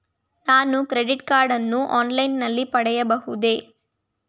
ನಾನು credit card ಅನ್ನು online ನಲ್ಲಿ ಪಡೆಯಬಹುದೇ?